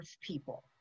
people